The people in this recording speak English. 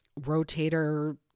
rotator